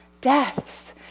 Deaths